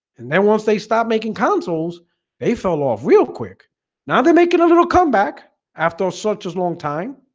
and then once they stopped making consoles they fell off real quick now they make it a little comeback after such a long time